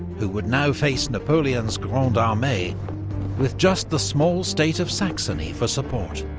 who would now face napoleon's grande armee with just the small state of saxony for support.